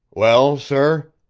well, sir?